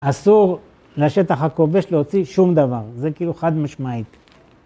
אסור לשטח הכובש להוציא שום דבר, זה כאילו חד משמעית.